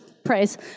praise